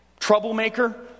troublemaker